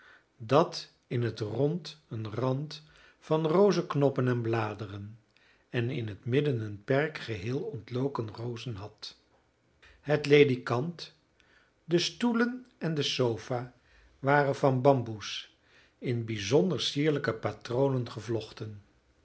dat in het rond een rand van rozeknoppen en bladeren en in het midden een perk geheel ontloken rozen had het ledikant de stoelen en de sofa's waren van bamboes in bijzonder sierlijke patronen gevlochten